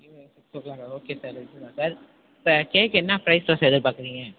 evening six o'clock okay sir okay தான் sir இப்போ cake என்ன சைஸில் சார் எதிர்பார்க்குறீங்க